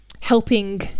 helping